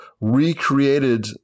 recreated